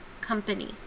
company